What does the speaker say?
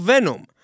Venom